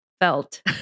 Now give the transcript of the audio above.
felt